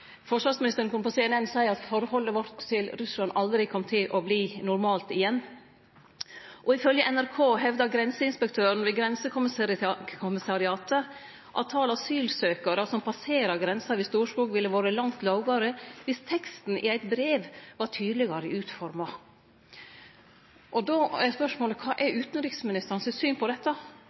Forsvarsministeren kunne på CNN seie at forholdet vårt til Russland aldri kom til å verte normalt igjen. Og ifølgje NRK hevda Grenseinspektøren ved Grensekommissariatet at talet på asylsøkjarar som passerer grensa ved Storskog, ville vore langt lågare dersom teksten i eit brev var tydelegare utforma. Då er spørsmålet: Kva er utanriksministeren sitt syn på dette?